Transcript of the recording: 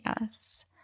Yes